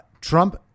Trump